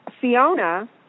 Fiona